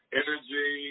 energy